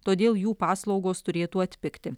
todėl jų paslaugos turėtų atpigti